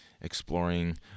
exploring